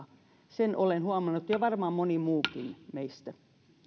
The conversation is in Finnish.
sen olen huomannut ja varmaan moni muukin meistä